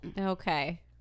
Okay